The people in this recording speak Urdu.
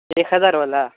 ایک ہزار والا